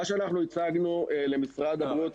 אנחנו הצגנו למשרד הבריאות,